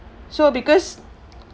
so because